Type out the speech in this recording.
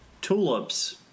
Tulip's